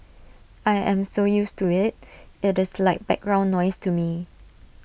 I am so used to IT it is like background noise to me